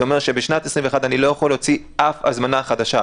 זה אומר שבשנת 2021 אני לא יכול להוציא אף הזמנה חדשה,